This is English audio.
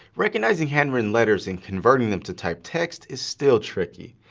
recognizing handwritten letters and converting them to typed text is still tricky!